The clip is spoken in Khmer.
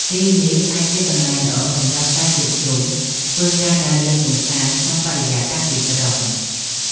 ទីនេះអាចជាកន្លែងល្អសម្រាប់ការជួបជុំ ធ្វើការដើរលេងកម្សាន្តក្នុងបរិយាកាសទីក្រុង។